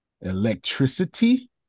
Electricity